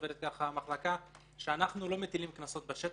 עובדת ככה שאנחנו לא מטילים קנסות בשטח,